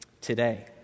today